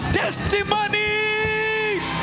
testimonies